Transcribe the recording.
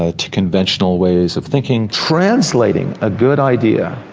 ah to conventional ways of thinking. translating a good idea,